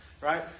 right